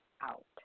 out